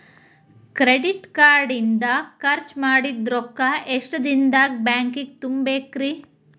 Credit card ಇಂದ್ ಖರ್ಚ್ ಮಾಡಿದ್ ರೊಕ್ಕಾ ಎಷ್ಟ ದಿನದಾಗ್ ಬ್ಯಾಂಕಿಗೆ ತುಂಬೇಕ್ರಿ?